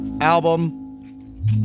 album